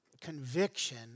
Conviction